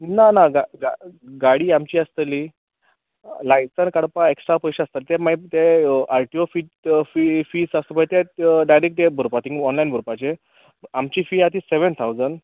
ना ना गा गा गाडी आमची आसतली लायसन काडपा एक्स्ट्रा पयशे आसता ते मागीर ते आर टी ओ फीत फी फीज आसत पळय ते डायरेक ते भरपा थिंग ऑनलायन भरपाचे आमची फी आ ती सॅवॅन थावजन